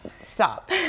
stop